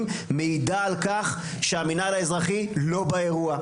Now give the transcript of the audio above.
מעידה על כך שהמינהל האזרחי לא באירוע,